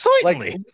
slightly